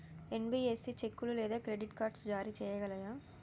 NBFC చెక్కులు లేదా credit card జారీ చేయగలదా?